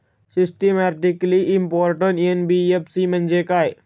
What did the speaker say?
Systematically important NBFC म्हणजे काय?